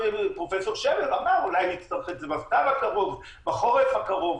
פרופסור שמר כבר אמר: אולי נצטרך את זה בסתיו הקרוב או בחורף הקרוב.